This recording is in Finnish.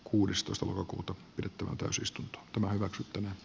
kuudestoista elokuuta pidettävä toisista tämä hyväksytyn